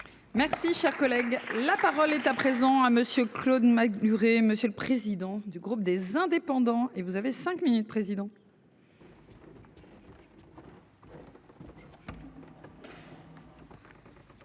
Merci, cher collègue, la parole est à présent à monsieur Claude a duré. Monsieur le président du groupe des indépendants et vous avez 5 minutes, président.